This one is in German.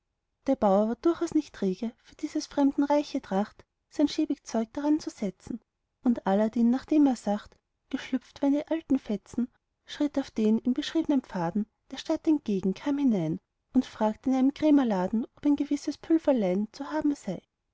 der bauer war durchaus nicht träge für dieses fremden reiche tracht sein schäbig zeug daranzusetzen und aladdin nachdem er sacht geschlüpft war in die alten fetzen schritt auf den ihm beschriebnen pfaden der stadt entgegen kam hinein und fragt in einem krämerladen ob ein gewisses pülverlein zu haben sei